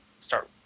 start